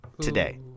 Today